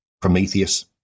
Prometheus